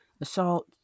assault